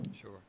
Sure